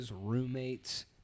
roommate's